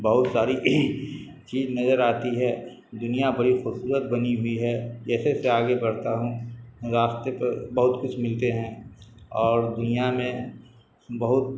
بہت ساری چیز نظر آتی ہے دنیا بڑی خوبصورت بنی ہوئی ہے جیسے سے آگے بڑھتا ہوں راستے پر بہت کچھ ملتے ہیں اور دنیا میں بہت